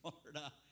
Florida